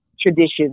traditions